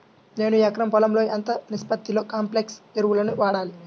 నేను ఎకరం పొలంలో ఎంత నిష్పత్తిలో కాంప్లెక్స్ ఎరువులను వాడాలి?